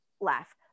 laugh